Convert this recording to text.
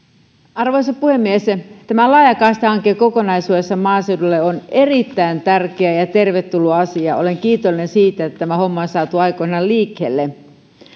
arvoisa puhemies tämä laajakaistahanke maaseudulle on kokonaisuudessaan erittäin tärkeä ja tervetullut asia olen kiitollinen siitä että tämä homma on saatu aikoinaan liikkeelle